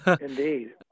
Indeed